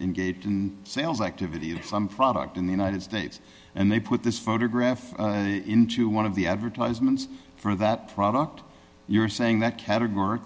engaged in sales activity of some product in the united states and they put this photograph into one of the advertisements for that product you're saying that categor